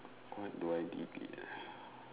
what do I delete